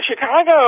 Chicago